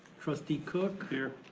trustee cook here.